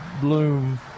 bloom